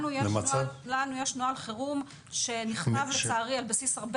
לנו יש נוהל חירום שנכתב לצערי על בסיס הרבה